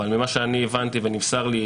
אבל ממה שאני הבנתי ונמסר לי,